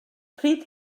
pryd